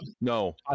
No